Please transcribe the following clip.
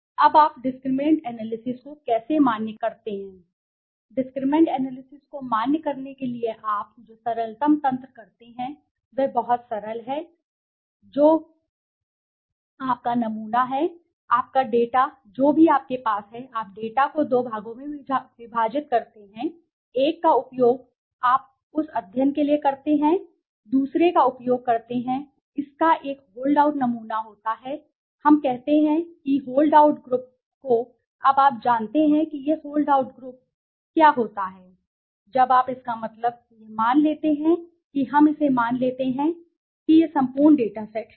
अब आप discriminant analysis को कैसे मान्य करते हैं डिस्क्रिमिनैंट एनालिसिस को मान्य करने के लिए कि आप जो सरलतम तंत्र करते हैं वह बहुत सरल है कि जो भी आपका नमूना है आपका डेटा जो भी आपके पास है आप डेटा को दो भागों में विभाजित करते हैं एक का उपयोग आप उस अध्ययन के लिए करते हैं दूसरे का उपयोग करते हैं इसका एक होल्ड आउट नमूना होता है हम कहते हैं कि होल्ड आउट ग्रुप को अब आप जानते हैं कि यह होल्ड ग्रुप अब क्या होता है जब आप इसका मतलब यह मान लेते हैं कि हम इसे मान लेते हैं मेरा कहना है कि यह मेरा संपूर्ण डेटा सेट है